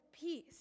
peace